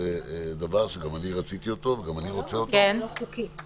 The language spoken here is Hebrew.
זה לא יעלה על הדעת.